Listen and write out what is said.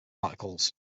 articles